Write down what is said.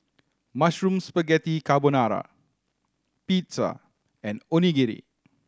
Mushroom Spaghetti Carbonara Pizza and Onigiri